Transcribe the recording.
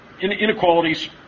Inequalities